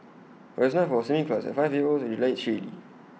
but IT was not for A swimming class the five year old revealed shyly